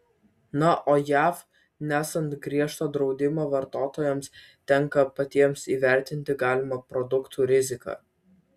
na o jav nesant griežto draudimo vartotojams tenka patiems įvertinti galimą produktų riziką